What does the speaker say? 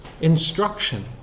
instruction